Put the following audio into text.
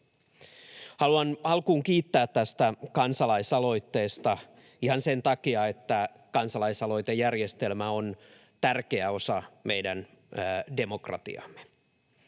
Haluan alkuun kiittää tästä kansalaisaloitteesta ihan sen takia, että kansalaisaloitejärjestelmä on tärkeä osa meidän demokratiaamme.